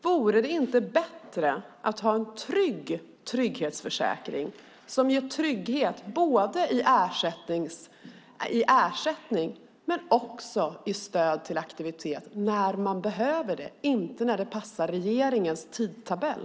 Vore det inte bättre att ha en trygg trygghetsförsäkring som ger trygghet både i ersättning och i stöd till aktivitet när man behöver det, inte när det passar regeringens tidtabell?